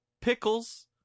pickles